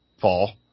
fall